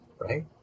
right